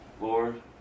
Lord